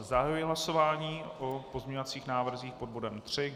Zahajuji hlasování o pozměňovacích návrzích pod bodem III.